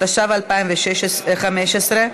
התשע"ו 2015,